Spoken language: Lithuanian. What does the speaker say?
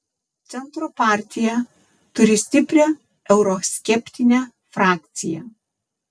centro partija turi stiprią euroskeptinę frakciją